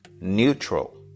neutral